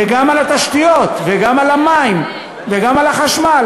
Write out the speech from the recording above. וגם על התשתיות, וגם על המים, וגם על החשמל.